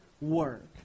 work